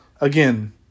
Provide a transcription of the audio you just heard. Again